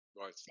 Right